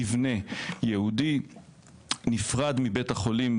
מבנה ייעודי נפרד מבית החולים,